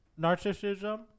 Narcissism